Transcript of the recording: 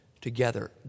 together